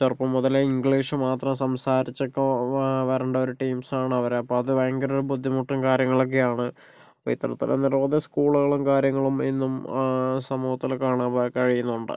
ചെറുപ്പം മുതലേ ഇംഗ്ലീഷ് മാത്രം സംസാരിച്ച് കൊ വ വരണ്ട ഒരു ടീംസ് ആണ് അവരെ അപ്പോൾ ഭയങ്കര ഒരു ബുദ്ധിമുട്ടും കാര്യങ്ങളൊക്കെയാണ് അപ്പോൾ ഇത്തരത്തിൽ നിരവധി സ്കൂളുകളും കാര്യങ്ങളും ഇന്നും സമൂഹത്തില് കാണാൻ പ കഴിയുന്നുണ്ട്